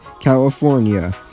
California